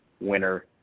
winner